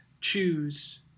choose